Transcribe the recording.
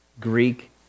Greek